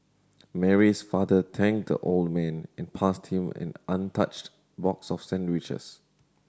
Mary's father thanked the old man and passed him an untouched box of sandwiches